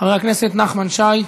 חבר הכנסת נחמן שי,